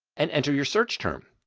and enter your search term.